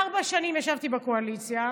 ארבע שנים ישבתי בקואליציה.